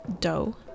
dough